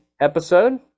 episode